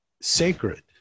sacred